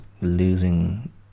losing